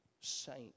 Saint